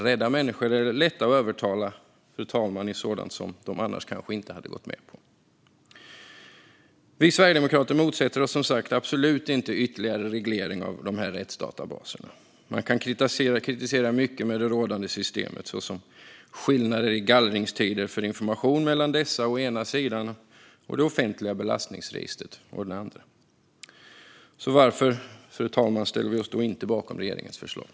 Rädda människor är lätta att övertala, fru talman, till sådant de annars kanske inte hade gått med på. Vi sverigedemokrater motsätter oss som sagt absolut inte ytterligare reglering av de här rättsdatabaserna. Man kan kritisera mycket med det rådande systemet, såsom skillnader i gallringstider för information mellan dessa å ena sidan och det offentliga belastningsregistret å den andra. Varför, fru talman, ställer vi oss då inte bakom regeringens förslag?